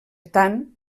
tant